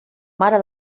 mare